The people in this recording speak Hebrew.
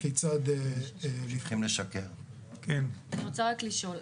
--- אני רוצה לשאול.